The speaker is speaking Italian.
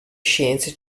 scienze